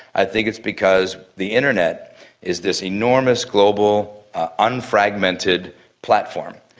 i think it's because the internet is this enormous global unfragmented platform.